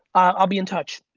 i'll be in touch.